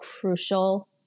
crucial